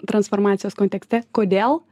transformacijos kontekste kodėl